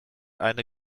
eine